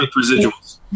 Residuals